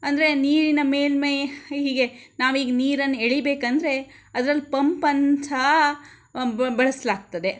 ಅಂದರೆ ನೀರಿನ ಮೇಲ್ಮೈ ಹೀಗೆ ನಾವೀಗ ನೀರನ್ನು ಎಳೀಬೇಕಂದರೆ ಅದರಲ್ಲಿ ಪಂಪ್ ಅಂತ ಬಳಸಲಾಗ್ತದೆ